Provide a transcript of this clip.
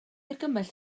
argymell